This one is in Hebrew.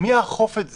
מי יאכוף את זה?